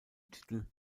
titel